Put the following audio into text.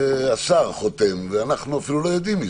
השר חותם, ואנחנו אפילו לא יודעים מזה.